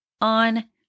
on